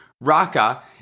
Raka